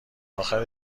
آخر